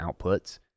outputs